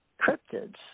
cryptids